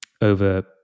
over